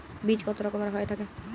বীজ কত রকমের হয়ে থাকে?